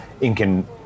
Incan